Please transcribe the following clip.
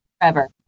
forever